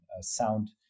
sound